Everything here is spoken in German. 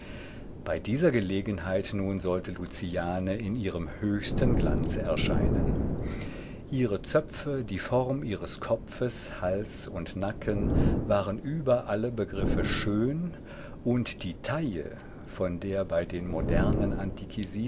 bei dieser gelegenheit nun sollte luciane in ihrem höchsten glanze erscheinen ihre zöpfe die form ihres kopfes hals und nacken waren über alle begriffe schön und die taille von der bei den modernen